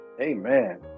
Amen